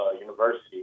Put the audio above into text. university